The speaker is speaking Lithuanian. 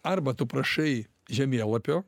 arba tu prašai žemėlapio